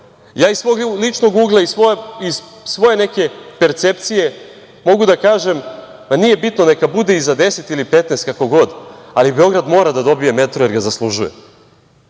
svog ličnog ugla i svoje neke percepcije, mogu da kažem da nije bitno, neka bude i za 10 ili 15 kako god, ali Beograd mora da dobije metro, jer ga zaslužuje,